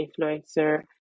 influencer